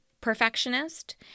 perfectionist